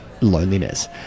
loneliness